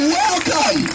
welcome